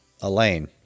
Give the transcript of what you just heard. Elaine